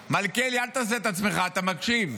מלכיאלי, אל תעשה את עצמך, אתה מקשיב.